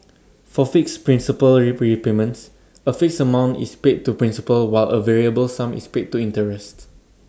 for fixed principal repayments A fixed amount is paid to principal while A variable sum is paid to interest